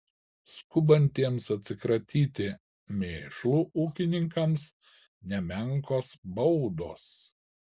skubantiems atsikratyti mėšlu ūkininkams nemenkos baudos